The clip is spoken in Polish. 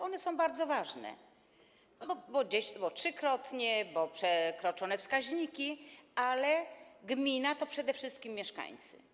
One są bardzo ważne, no bo gdzieś było trzykrotnie... bo przekroczone zostały wskaźniki, ale gmina to przede wszystkim mieszkańcy.